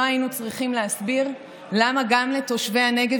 לא היינו צריכים להסביר למה גם לתושבי הנגב